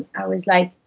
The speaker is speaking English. i was like